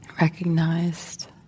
recognized